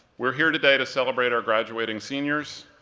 we're here today to celebrate our graduating seniors,